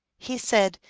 he said,